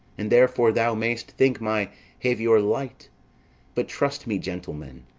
and therefore thou mayst think my haviour light but trust me, gentleman,